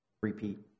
repeat